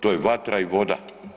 To je vatra i voda.